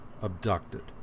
abducted